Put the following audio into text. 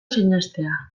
sinestea